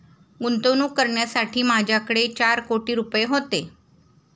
गुंतवणूक करण्यासाठी माझ्याकडे चार कोटी रुपये होते